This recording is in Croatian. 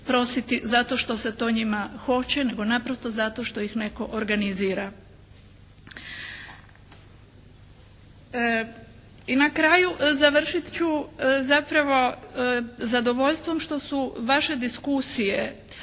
zato što se to njima hoće, nego naprosto zato što ih netko organizira. I na kraju, završit ću zapravo sa zadovoljstvo što su vaše diskusije,